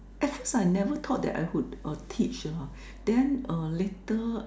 at first I never thought that I would uh teach hor then uh later I